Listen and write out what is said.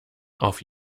auf